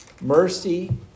mercy